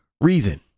reason